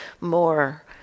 more